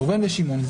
ראובן ושמעון,